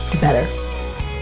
better